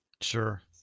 Sure